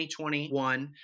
2021